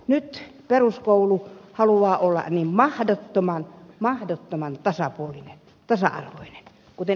nyt peruskoulu haluaa olla niin mahdottoman tasapuolinen tasa arvoinen kuten ed